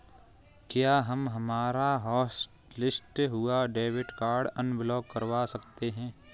क्या हम हमारा हॉटलिस्ट हुआ डेबिट कार्ड अनब्लॉक करवा सकते हैं?